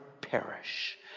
perish